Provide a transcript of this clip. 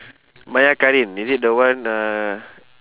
maya karin is it the one uh